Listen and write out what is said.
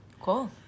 Cool